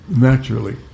naturally